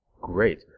great